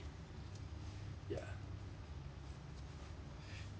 ya